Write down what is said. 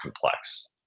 complex